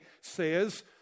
says